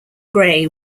grey